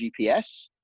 GPS